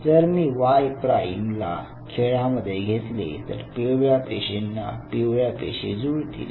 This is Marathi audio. जर मी Y प्राईम ला खेळामध्ये घेतले तर पिवळ्या पेशींना पिवळ्या पेशी जुळतील